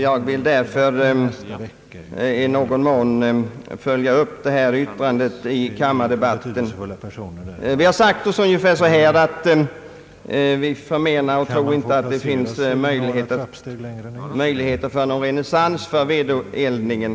Jag vill därför i någon mån följa upp yttrandet i kammardebatten. Vi har sagt oss ungefär så här, Vi tror inte att det finns möjlighet till någon renässans för vedeldningen.